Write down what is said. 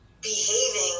behaving